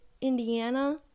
indiana